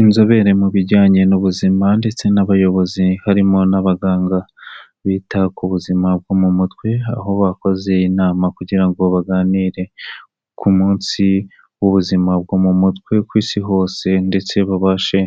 Inzobere mu bijyanye n'ubuzima ndetse n'abayobozi harimo n'abaganga bita ku buzima bwo mu mutwe aho bakoze inama kugira ngo baganire ku munsi w'ubuzima bwo mu mutwe ku isi hose ndetse babashe